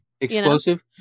Explosive